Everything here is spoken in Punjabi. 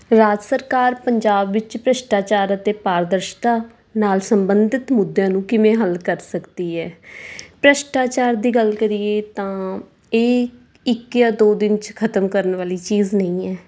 ਰਾਜ ਸਰਕਾਰ ਪੰਜਾਬ ਵਿੱਚ ਭ੍ਰਿਸ਼ਟਾਚਾਰ ਅਤੇ ਪਾਰਦਰਸ਼ਤਾ ਨਾਲ ਸੰਬੰਧਿਤ ਮੁੱਦਿਆਂ ਨੂੰ ਕਿਵੇਂ ਹੱਲ ਕਰ ਸਕਦੀ ਹੈ ਭ੍ਰਿਸ਼ਟਾਚਾਰ ਦੀ ਗੱਲ ਕਰੀਏ ਤਾਂ ਇਹ ਇੱਕ ਜਾਂ ਦੋ ਦਿਨ 'ਚ ਖਤਮ ਕਰਨ ਵਾਲੀ ਚੀਜ਼ ਨਹੀਂ ਹੈ